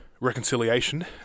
Reconciliation